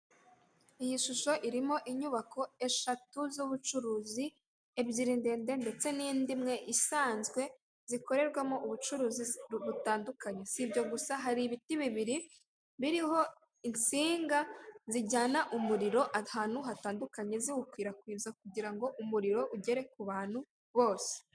iyi shusho irimo inyubako eshatu z'ubucuruzi, ebyiri ndende ndetse n'indi imwe isanzwe, zikorerwamo ubucuruzi butandukanye. Si ibyo gusa, hari ibiti bibiri biriho insinga zijyana umuriro ahantu hatandukanye, ziwukwirakwiza kugira ngo umuriro ugere ku bantu bose.